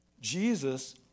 Jesus